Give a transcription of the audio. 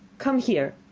come here.